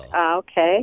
okay